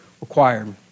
required